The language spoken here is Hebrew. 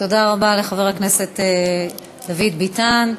תודה רבה לחבר הכנסת דוד ביטן.